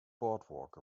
boardwalk